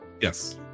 yes